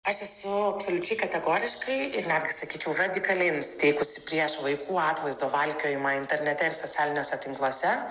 aš esu absoliučiai kategoriškai ir netgi sakyčiau radikaliai nusiteikusi prieš vaikų atvaizdo valkiojimą internete ir socialiniuose tinkluose